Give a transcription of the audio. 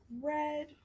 red